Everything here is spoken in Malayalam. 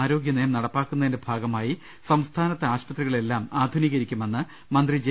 ആരോഗ്യനയം നടപ്പിലാക്കുന്നതിന്റെ ഭാഗമായി സംസ്ഥാനത്തെ ആശുപത്രികളെല്ലാം ആധുനീകരിക്കുമെന്ന് മന്ത്രി ജെ